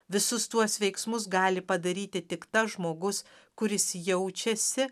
visus tuos veiksmus gali padaryti tik tas žmogus kuris jaučiasi